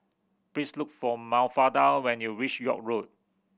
please look for Mafalda when you reach York Road